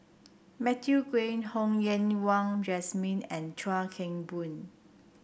Matthew Ngui Ho Yen Wah Jesmine and Chuan Keng Boon